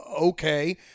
okay